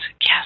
Yes